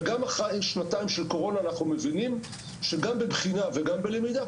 וגם עם שנתיים של קורונה אנחנו מבינים שגם בבחינה וגם בלמידה,